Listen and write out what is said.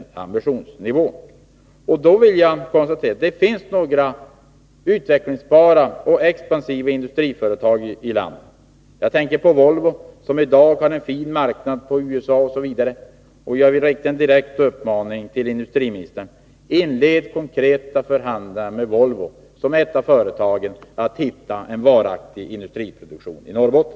Jag vill då konstatera att det finns några utvecklingsbara och expansiva industriföretag i landet. Jag tänker på Volvo, som i dag har en fin marknad på USA m.fl. länder. Jag vill rikta en direkt uppmaning till industriministern: Inled konkreta förhandlingar med Volvo som ett av flera företag för att hitta en varaktig industriproduktion i Norrbotten!